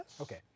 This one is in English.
Okay